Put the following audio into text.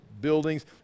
buildings